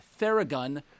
TheraGun